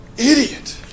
idiot